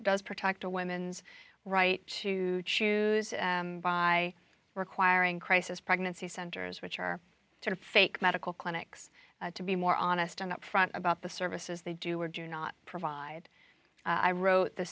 does protect a woman's right to choose by requiring crisis pregnancy centers which are sort of fake medical clinics to be more honest and upfront about the services they do or do not provide i wrote the